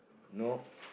nope